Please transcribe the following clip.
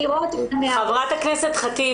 חברת הכנסת ח'טיב,